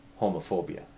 homophobia